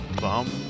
Bum